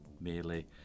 merely